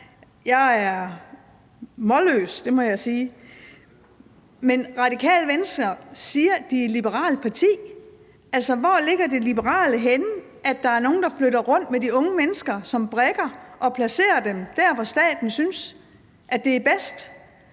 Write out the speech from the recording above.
Jeg er målløs, det må jeg sige. Radikale Venstre siger, at de er et liberalt parti. Men hvor ligger det liberale henne, i forhold til at der er nogen, der flytter rundt med de unge mennesker som brikker og placerer dem der, hvor staten synes det er bedst?